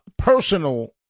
personal